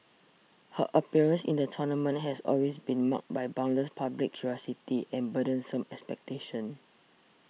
her appearance in the tournament has always been marked by boundless public curiosity and burdensome expectations